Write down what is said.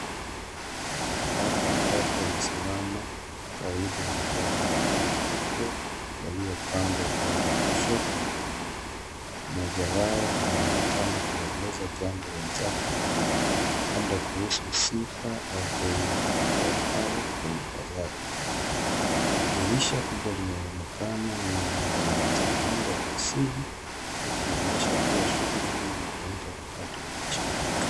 Watu watatu wamesimama karibu na magari mawili meupe yaliyopangwa upande wa kushoto na kulia. Mmoja wao anaonekana kuwaeleza jambo wenzake wawili, labda kuhusu sifa au bei ya magari hayo kwenye bazaar ya magari. Dirisha kubwa linaonekana nyuma laingiza mwanga wa asili ikionyesha kuwa shughuli hii inafanyika wakati wa mchana.